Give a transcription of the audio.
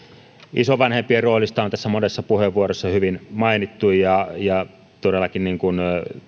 isovanhempien roolista on tässä monessa puheenvuorossa hyvin mainittu ja ja todellakin niin kuin